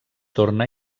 torna